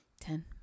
Ten